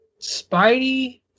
Spidey